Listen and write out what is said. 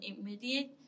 immediate